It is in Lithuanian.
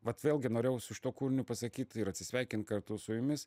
vat vėlgi norėjau su šituo kūriniu pasakyt ir atsisveikint kartu su jumis